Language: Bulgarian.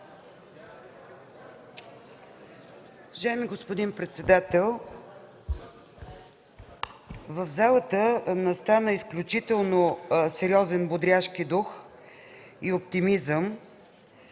Уважаеми господин председател, в залата настана изключително сериозен бодряшки дух и оптимизъм.